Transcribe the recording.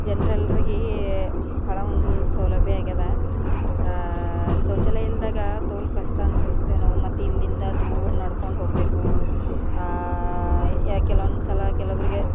ಜನರೆಲ್ರಿಗೆ ಬಹಳ ಒಂದು ಸೌಲಭ್ಯ ಆಗ್ಯದ ಶೌಚಾಲಯ ಇಲ್ಲದಾಗ ತೋಲ್ ಕಷ್ಟ ಅನುಭವಿಸಿದ್ದೇವೆ ನಾವು ಮತ್ತು ಇಲ್ಲಿಂದ ದೂರ ನಡ್ಕೊಂಡು ಹೋಗ್ಬೇಕು ಕೆಲವೊಂದು ಸಲ ಕೆಲವರಿಗೆ